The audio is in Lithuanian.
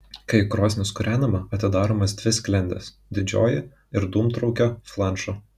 kai krosnis kūrenama atidaromos dvi sklendės didžioji ir dūmtraukio flanšo